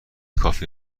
کافی